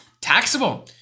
taxable